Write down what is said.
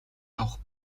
авах